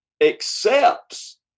accepts